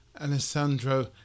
Alessandro